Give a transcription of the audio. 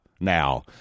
now